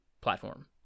platform